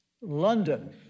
London